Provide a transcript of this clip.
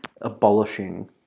abolishing